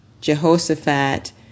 Jehoshaphat